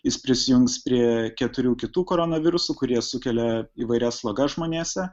jis prisijungs prie keturių kitų koronavirusų kurie sukelia įvairias slogas žmonėse